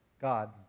God